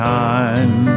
time